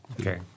Okay